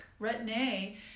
Retin-A